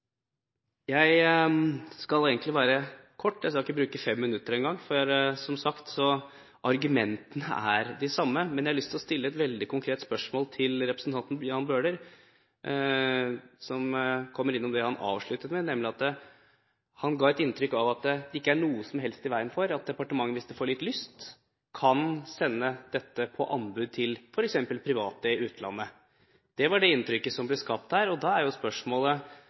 Jeg skal være kort, jeg skal ikke bruke fem minutter engang, for, som sagt, argumentene er de samme. Men jeg har lyst til å stille et veldig konkret spørsmål til representanten Jan Bøhler om det han avsluttet med. Han ga nemlig inntrykk av at det ikke er noe som helst i veien for at departementet, hvis det får lyst, kan sende dette på anbud til f.eks. private i utlandet. Det var det inntrykket som ble skapt her. Da er spørsmålet: